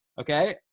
okay